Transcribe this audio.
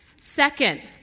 Second